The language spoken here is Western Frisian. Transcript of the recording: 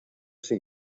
syn